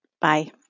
Bye